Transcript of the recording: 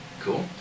cool